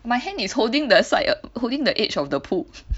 my hand is holding the side holding the edge of the pool